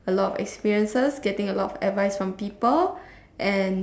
a lot of experiences getting a lot of advice from people and